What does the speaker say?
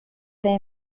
they